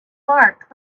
marked